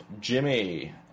Jimmy